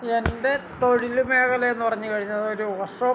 എൻ്റെ തൊഴിൽ മേഖലയെന്ന് പറഞ്ഞു കഴിഞ്ഞത് ഒരു വർഷോപ്